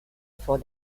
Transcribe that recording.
vor